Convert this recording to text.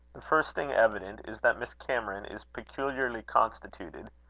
the first thing evident is, that miss cameron is peculiarly constituted,